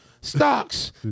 Stocks